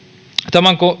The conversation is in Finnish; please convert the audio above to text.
tämän